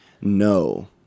No